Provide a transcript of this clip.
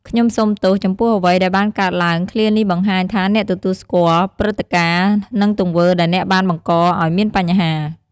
ខ្ញុំសូមទោសចំពោះអ្វីដែលបានកើតឡើង ឃ្លានេះបង្ហាញថាអ្នកទទួលស្គាល់ព្រឹត្តិការណ៍ និងទង្វើដែលអ្នកបានបង្កឱ្យមានបញ្ហា។